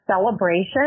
celebration